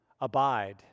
Abide